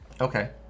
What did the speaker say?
okay